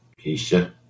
Keisha